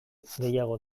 gehiago